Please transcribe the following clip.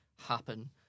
happen